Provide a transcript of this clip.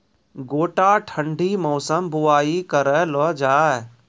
गोटा ठंडी मौसम बुवाई करऽ लो जा?